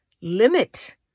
limit